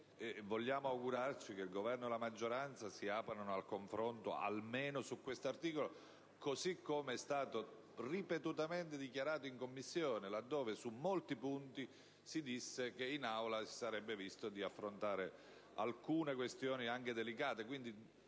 Ci auguriamo che il Governo e la maggioranza si aprano al confronto, almeno su quest'articolo, così com'è stato ripetutamente dichiarato in Commissione, visto che su molti punti è stato detto che in Aula si sarebbe cercato di affrontare alcune questioni, anche delicate.